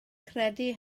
credu